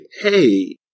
Hey